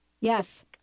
Yes